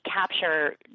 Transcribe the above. capture